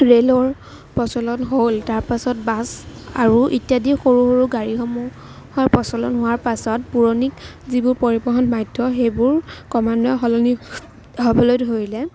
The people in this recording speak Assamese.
ৰেলৰ প্ৰচলন হ'ল তাৰপাছত বাছ আৰু ইত্যাদি সৰু সৰু গাড়ীসমূহৰ প্ৰচলন হোৱাৰ পাছত পুৰণি যিবোৰ পৰিবহণ মাধ্যম সেইবোৰ ক্ৰমান্বয়ে সলনি হ'বলৈ ধৰিলে